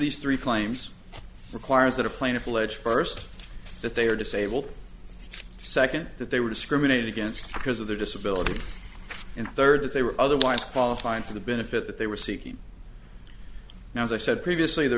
these three claims requires that a plaintiff allege first that they are disabled second that they were discriminated against because of their disability in third if they were otherwise qualifying for the benefit that they were seeking now as i said previously there